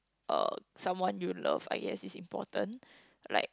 uh someone you love I guess is important like